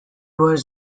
was